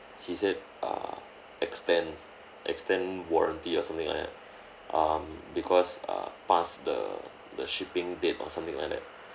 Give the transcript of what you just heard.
he said err extend extend warranty or something like that um because uh past the the shipping date or something like that